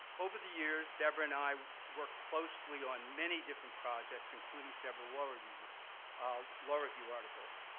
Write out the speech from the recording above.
over the years, deborah and i worked closely on many different projects, including several law review ah law review articles.